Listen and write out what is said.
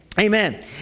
Amen